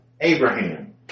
Abraham